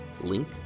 Link